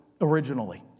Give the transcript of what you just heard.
originally